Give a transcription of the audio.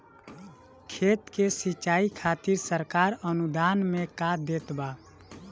खेत के सिचाई खातिर सरकार अनुदान में का देत बा?